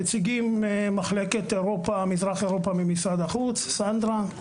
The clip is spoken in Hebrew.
נציגי מחלקת מזרח אירופה במשרד החוץ - סנדרה,